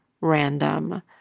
random